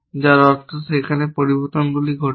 যার অর্থ যেখানে পরিবর্তনগুলি ঘটছে